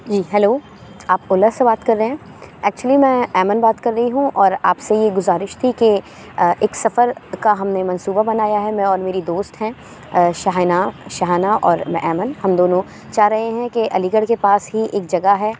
جی hello آپ اولا سے بات کر رہے ہیں ایکچولی میں ایمن بات کر رہی ہوں اور آپ سے یہ گزارش تھی کہ ایک سفر کا ہم نے منصوبہ بنایا ہے میں اور میری دوست ہیں شاہنہ شاہنہ اور میں ایمن ہم دونوں چاہ رہے ہیں کہ علی گڑھ کے پاس ہی ایک جگہ ہے